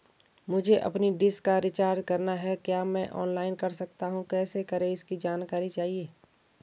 मुझे अपनी डिश का रिचार्ज करना है क्या मैं ऑनलाइन कर सकता हूँ कैसे करें इसकी जानकारी चाहिए?